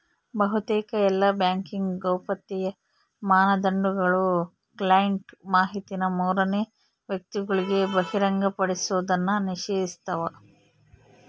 ಬಹುತೇಕ ಎಲ್ಲಾ ಬ್ಯಾಂಕಿಂಗ್ ಗೌಪ್ಯತೆಯ ಮಾನದಂಡಗುಳು ಕ್ಲೈಂಟ್ ಮಾಹಿತಿನ ಮೂರನೇ ವ್ಯಕ್ತಿಗುಳಿಗೆ ಬಹಿರಂಗಪಡಿಸೋದ್ನ ನಿಷೇಧಿಸ್ತವ